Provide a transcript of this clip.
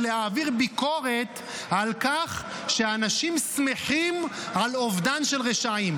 ביקורת על כך שאנשים שמחים על אובדן של רשעים.